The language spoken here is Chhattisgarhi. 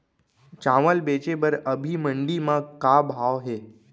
चांवल बेचे बर अभी मंडी म का भाव हे?